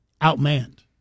outmanned